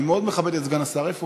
אני מאוד מכבד את סגן השר, הנה אני.